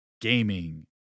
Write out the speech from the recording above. gaming